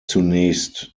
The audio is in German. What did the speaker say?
zunächst